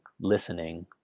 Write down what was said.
listening